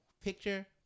picture